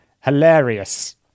Hilarious